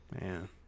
Man